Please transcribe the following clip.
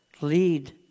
lead